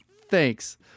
thanks